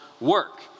work